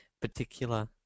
particular